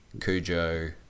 Cujo